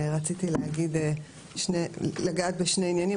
רציתי לגעת בשני עניינים.